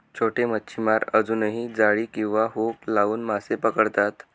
छोटे मच्छीमार अजूनही जाळी किंवा हुक लावून मासे पकडतात